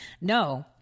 no